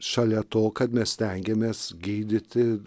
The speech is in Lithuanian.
šalia to kad mes stengiamės gydyti